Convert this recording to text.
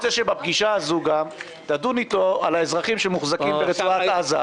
שבפגישה שנקבעה עם משרד החוץ תדון איתו על האזרחים שמוחזקים ברצועת עזה.